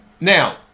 Now